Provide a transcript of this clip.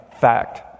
Fact